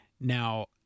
Now